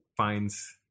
finds